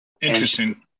Interesting